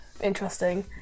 interesting